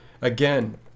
again